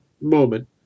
moment